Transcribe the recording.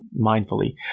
mindfully